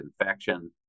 infection